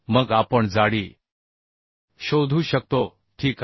मग आपण जाडी शोधू शकतो ठीक आहे